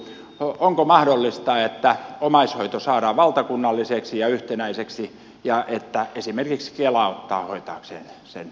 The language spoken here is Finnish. onko mahdollista että omaishoito saadaan valtakunnalliseksi ja yhtenäiseksi ja että esimerkiksi kela ottaa hoitaakseen sen byrokratian